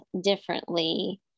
differently